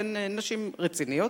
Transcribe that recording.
שהן נשים רציניות,